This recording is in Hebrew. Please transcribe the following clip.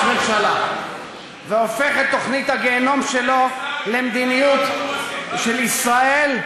ממשלה והיה הופך את תוכנית הגיהינום שלו למדיניות של ישראל,